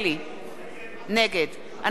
נגד אנסטסיה מיכאלי,